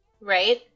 Right